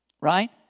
Right